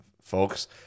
folks